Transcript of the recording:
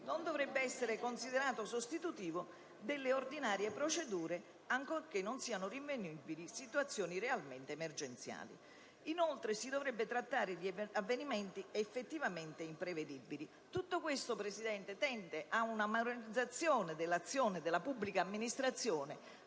non dovrebbe essere considerato sostitutivo delle ordinarie procedure, ancorché non siano rinvenibili situazioni realmente emergenziali. Inoltre, si dovrebbe trattare di avvenimenti effettivamente imprevedibili. Tutto questo, signor Presidente, tende ad una moralizzazione dell'azione della pubblica amministrazione